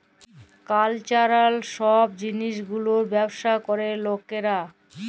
cultural সব জিলিস গুলার ব্যবসা ক্যরে লকরা